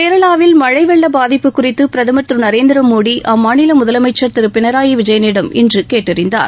கேரளாவில் மழை வெள்ள பாதிப்பு குறித்து பிரதமர் திரு நரேந்திரமோடி அம்மாநில முதலமைச்சர் திரு பிரனாயி விஜயனிடம் இன்று கேட்டறிந்தார்